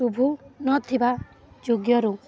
ଶୁଭୁ ନଥିବା ଯୋଗ୍ୟରୁ